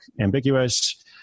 ambiguous